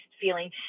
feeling